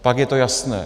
Pak je to jasné.